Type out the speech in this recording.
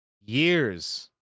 years